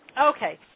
Okay